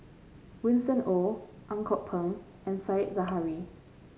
Winston Oh Ang Kok Peng and Said Zahari